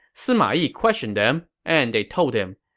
sima yi questioned them, and they told him,